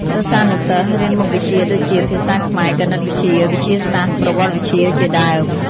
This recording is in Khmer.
សិស្សានុសិស្សរៀនមុខវិជ្ជាដូចជា ភាសាខ្មែរ គណិតវិទ្យា វិទ្យាសាស្ត្រ ប្រវត្តិវិទ្យា ជាដើម។